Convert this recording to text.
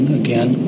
again